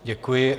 Děkuji.